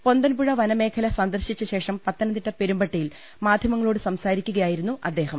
പൊന്തൻപുഴ വനമേഖല സന്ദർശിച്ച ശേഷം പത്ത നംതിട്ട പെരുമ്പട്ടിയിൽ മാധ്യമങ്ങളോട് സംസാരിക്കുകയായിരുന്നു അദ്ദേഹം